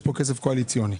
קואליציוני.